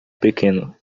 pequeno